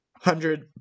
hundred